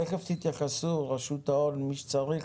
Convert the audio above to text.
תיכף תתייחסו רשות ההון וכל מי שצריך,